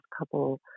couple